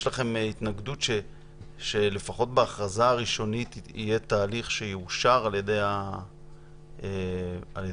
יש לכם התנגדות שלפחות בהכרזה הראשונית יהיה תהליך שיאושר על ידי הכנסת?